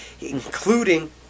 including